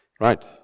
Right